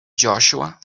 joshua